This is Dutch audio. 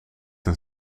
een